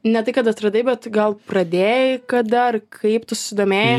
ne tai kad atradai bet gal pradėjai kad dar kaip tu susidomėjai